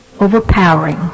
overpowering